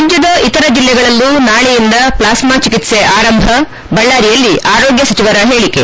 ರಾಜ್ಯದ ಇತರ ಜಿಲ್ಲೆಗಳಲ್ಲೂ ನಾಳೆಯಿಂದ ಪ್ಲಾಸ್ನಾ ಚಿಕಿತ್ಸೆ ಆರಂಭ ಬಳ್ಕಾರಿಯಲ್ಲಿ ಆರೋಗ್ಯ ಸಚವರ ಹೇಳಿಕೆ